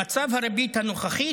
במצב הריבית הנוכחית,